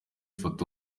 foto